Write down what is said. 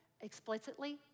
explicitly